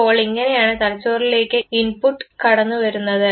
അപ്പോൾ ഇങ്ങനെയാണ് തലച്ചോറിലേക്ക് ഇൻപുട്ട് കടന്നുവരുന്നത്